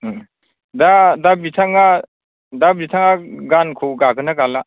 दा दा बिथाङा दा बिथाङा गानखौ खनगोन ना खनला